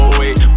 wait